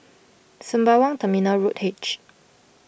Sembawang Terminal Road H